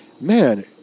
man